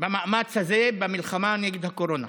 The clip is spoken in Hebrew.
למאמץ הזה, למלחמה נגד הקורונה.